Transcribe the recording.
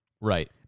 Right